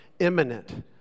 imminent